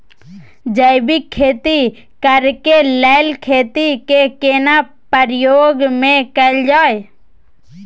जैविक खेती करेक लैल खेत के केना प्रयोग में कैल जाय?